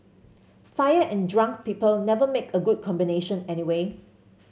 fire and drunk people never make a good combination anyway